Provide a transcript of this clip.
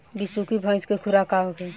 बिसुखी भैंस के खुराक का होखे?